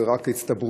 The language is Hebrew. זה רק הצטברויות.